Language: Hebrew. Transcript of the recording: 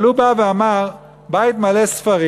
אבל הוא בא ואמר: בית מלא ספרים,